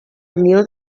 unió